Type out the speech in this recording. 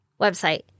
website